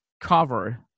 cover